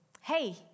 Hey